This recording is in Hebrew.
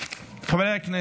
אפס